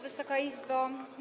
Wysoka Izbo!